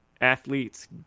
athletes